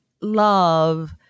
love